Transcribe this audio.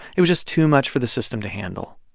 it was just too much for the system to handle.